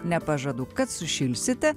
nepažadu kad sušilsite